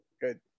Good